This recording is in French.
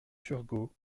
turgot